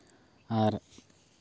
ᱟᱨ